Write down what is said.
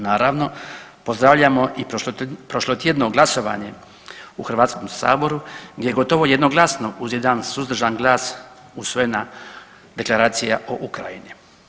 Naravno pozdravljamo i prošlotjedno glasovanje u Hrvatskom saboru, gdje gotovo jednoglasno uz jedan suzdržan glas usvojena Deklaracija o Ukrajini.